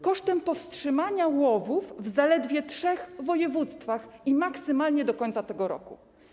Kosztem powstrzymania łowów w zaledwie trzech województwach maksymalnie do końca tego roku.